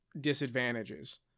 disadvantages